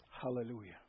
Hallelujah